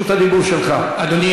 אם כן,